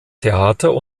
theater